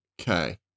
Okay